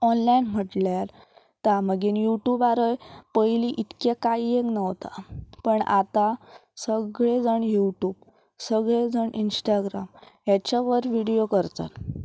online म्हटल्यार ता मागीर यू ट्युबारय पयलीं इतके काय एक नवता पण आतां सगळें जाण यू ट्यूब सगळें जाण इंस्टाग्राम हेच्या वर विडियो करतात